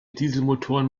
dieselmotoren